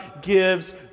gives